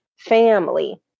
family